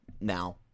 now